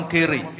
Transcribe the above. Kiri